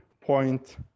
point